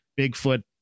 Bigfoot